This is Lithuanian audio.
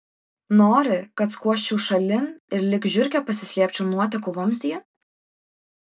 nori kad skuosčiau šalin ir lyg žiurkė pasislėpčiau nuotekų vamzdyje